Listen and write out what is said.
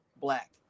Black